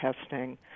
testing